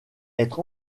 être